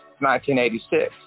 1986